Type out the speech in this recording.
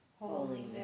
Holy